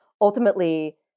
ultimately